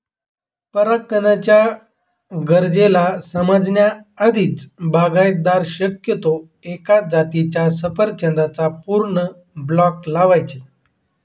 परागकणाच्या गरजेला समजण्या आधीच, बागायतदार शक्यतो एकाच जातीच्या सफरचंदाचा पूर्ण ब्लॉक लावायचे